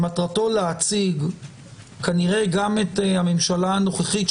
שמטרתו להציג כנראה גם את הממשלה הנוכחית,